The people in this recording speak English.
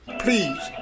please